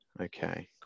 Okay